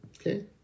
Okay